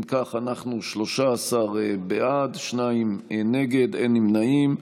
אם כך , 13 בעד, שניים נגד, אין נמנעים.